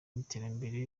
n’iterambere